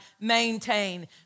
maintain